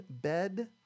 bed